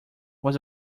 was